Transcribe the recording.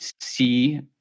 see